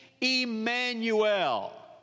Emmanuel